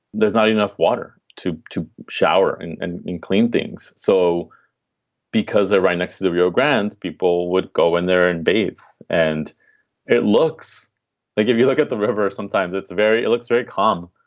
there's not enough water to to shower and and clean things. so because they're right next to the rio grande, people would go in there and bathes. and it looks like if you look at the river, sometimes it's very it looks very calm,